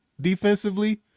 defensively